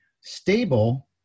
Stable